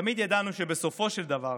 תמיד ידענו שבסופו של דבר